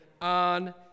on